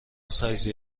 سایزی